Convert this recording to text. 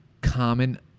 common